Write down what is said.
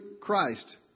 Christ